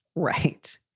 right.